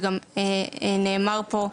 וגם נאמר פה,